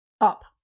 up